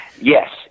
Yes